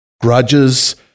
Grudges